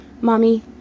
mommy